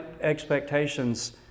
expectations